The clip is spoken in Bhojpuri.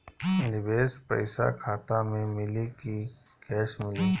निवेश पइसा खाता में मिली कि कैश मिली?